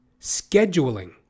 scheduling